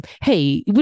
hey